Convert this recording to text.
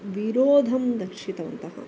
विरोधं दर्शितवन्तः